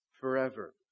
forever